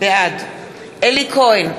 בעד אלי כהן,